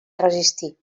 resistir